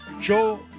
Joe